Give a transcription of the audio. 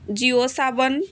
Jio Saavn